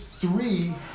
three